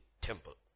temple